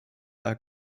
are